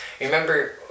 remember